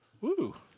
Woo